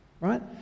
right